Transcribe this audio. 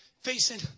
facing